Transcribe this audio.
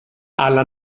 alla